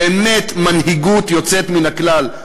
באמת מנהיגות יוצאת מן הכלל.